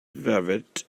velvet